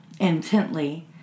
intently